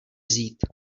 vzít